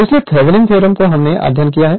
इसलिए Thevenin theorem का हमने अध्ययन किया है